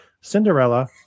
Cinderella